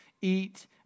eat